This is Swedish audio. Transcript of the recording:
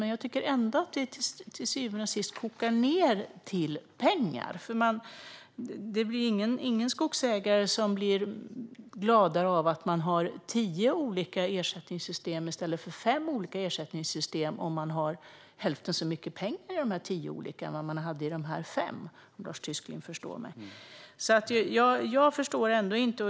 Men till syvende och sist kokar det ned till att handla om pengar. Ingen skogsägare blir gladare av tio olika ersättningssystem i stället för fem om man har hälften så mycket pengar i de tio än man hade i de fem, om Lars Tysklind förstår vad jag menar. Jag förstår alltså ändå inte.